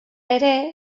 ere